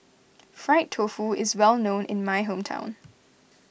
Fried Tofu is well known in my hometown